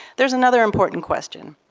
there is another important question.